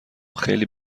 خیلی